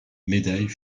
médailles